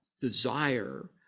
desire